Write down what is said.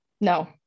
No